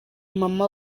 mama